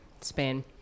Spain